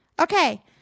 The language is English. Okay